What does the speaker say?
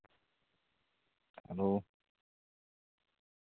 hello